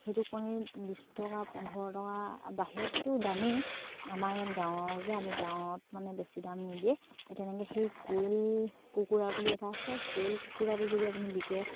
সেইটো কণীত বিছ টকা পোন্ধৰ টকা বাহিৰততো দামেই আমাৰ ইয়াত গাঁৱৰ যে আমি গাঁৱত মানে বেছি দাম নিদিয়ে তেনেকে সেই কোৱেল কুকুৰা বুলি এটা আছে কোৱেল কুকুৰাটো যদি আপুনি বিকে